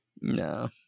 No